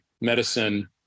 medicine